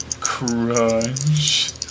Crunch